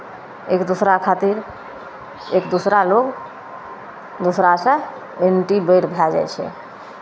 एक दोसरा खातिर एक दोसरा लोक दोसरासँ एंटी बैर भए जाइ छै